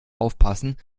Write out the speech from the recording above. aufpassen